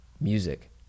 music